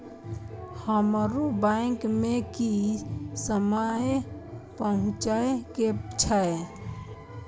हमरो बैंक में की समय पहुँचे के छै?